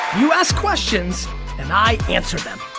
you ask questions and i answer them.